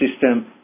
system